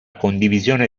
condivisione